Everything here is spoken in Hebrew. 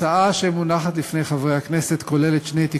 תודה למזכירת הכנסת.